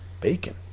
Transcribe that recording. Bacon